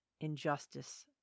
injustice